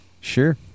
Sure